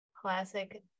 classic